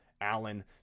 Allen